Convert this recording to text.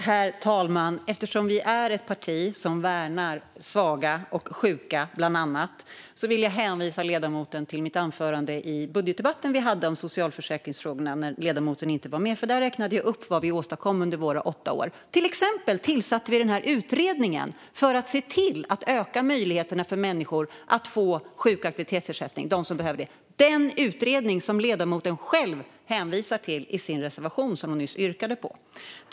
Herr talman! Eftersom Socialdemokraterna är ett parti som värnar svaga och sjuka, bland andra, vill jag hänvisa ledamoten till mitt anförande om socialförsäkringsfrågorna i budgetdebatten där ledamoten inte var med. Där räknade jag upp vad vi åstadkom under våra åtta år. Vi tillsatte till exempel utredningen för att se till att öka möjligheterna att få sjuk och aktivitetsersättning för de människor som behöver det. Det är den utredning ledamoten själv hänvisar till i den reservation hon nyss yrkade bifall till.